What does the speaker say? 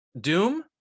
Doom